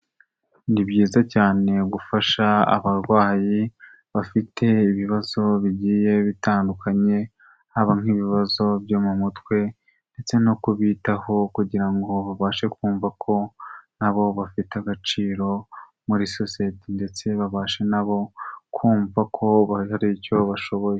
Ni byiza cyane gufasha abarwayi bafite ibibazo bigiye bitandukanye, haba nk'ibibazo byo mu mutwe ndetse no kubitaho kugira ngo babashe kumva ko na bo bafite agaciro muri sosiyete ndetse babashe na bo kumva ko hari icyo bashoboye.